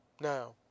Now